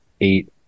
eight